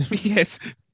Yes